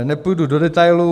Nepůjdu do detailů.